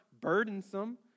burdensome